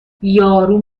یارو